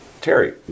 Terry